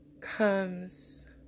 comes